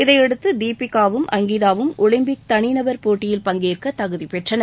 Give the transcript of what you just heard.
இதையடுத்து தீபிகாவும் அங்கிதாவும் ஒலிம்பிக் தனிநபர் போட்டியில் பங்கேற்க தகுதிபெற்றனர்